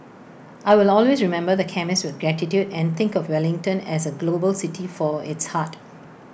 I will always remember the chemist with gratitude and think of Wellington as A global city for its heart